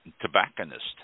tobacconist